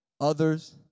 others